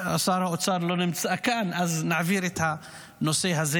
שר האוצר לא נמצא כאן, אז נעביר את הנושא הזה